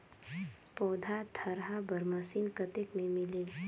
पौधा थरहा बर मशीन कतेक मे मिलही?